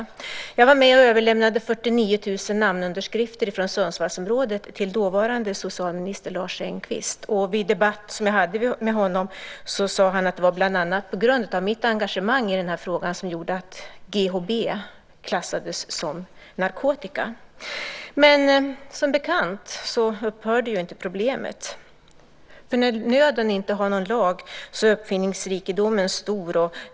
Jag var med och överlämnade 49 000 namnunderskrifter från Sundsvallsområdet till dåvarande socialminister Lars Engqvist. Vid en debatt som jag hade med honom sade han att det bland annat var på grund av mitt engagemang i den här frågan som GHB klassades som narkotika. Men som bekant upphörde inte problemet, för när nöden inte har någon lag är uppfinningsrikedomen stor.